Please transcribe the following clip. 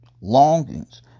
longings